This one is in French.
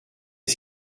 est